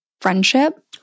friendship